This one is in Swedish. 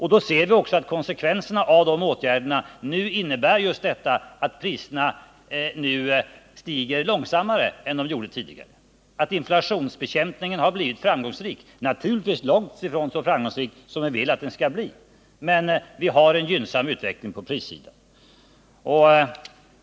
Vi ser också att dessa åtgärder fört med sig att priserna nu stiger långsammare än de gjorde tidigare. Inflationsbekämpningen har blivit framgångsrik — naturligtvis långt ifrån så framgångsrik som vi vill att den skall bli, men vi har en gynnsam utveckling på prissidan.